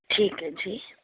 ਠੀਕ ਹੈ ਜੀ